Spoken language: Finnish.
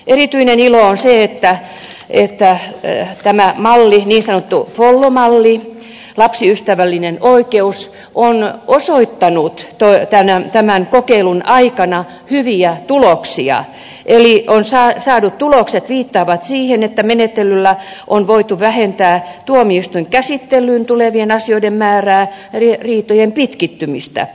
erityinen ilo on se että tämä niin sanottu follo malli lapsiystävällinen oikeus on osoittanut tämän kokeilun aikana hyviä tuloksia eli saadut tulokset viittaavat siihen että menettelyllä on voitu vähentää tuomioistuinkäsittelyyn tulevien asioiden määrää eli riitojen pitkittymistä